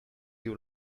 you